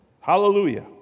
Hallelujah